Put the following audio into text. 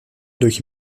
durch